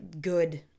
good